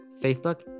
Facebook